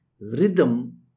rhythm